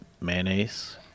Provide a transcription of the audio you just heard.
mayonnaise